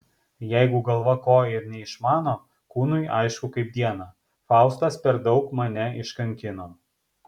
jeigu galva ko ir neišmano kūnui aišku kaip dieną faustas per daug mane iškankino